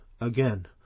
Again